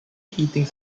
heating